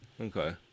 Okay